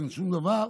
אין שום דבר.